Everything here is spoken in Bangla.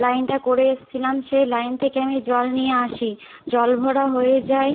লাইনটা করে এসেছিলাম সেই লাইন থেকে আমি জল নিয়ে আসি জল ভরা হয়ে যায়